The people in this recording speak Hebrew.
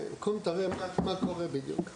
קום, תראה מה בדיוק קורה".